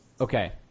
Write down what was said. Okay